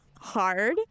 hard